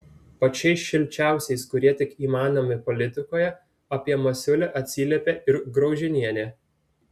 pačiais šilčiausiais kurie tik įmanomi politikoje apie masiulį atsiliepė ir graužinienė